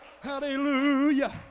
Hallelujah